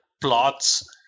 plots